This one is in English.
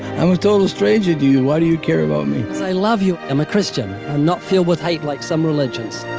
i'm a total stranger to you. why do you care about me? cause i love you. i'm christian. i'm not filled with hate like some religions.